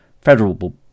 federal